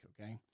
okay